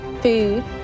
food